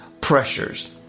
pressures